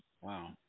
Wow